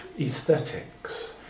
aesthetics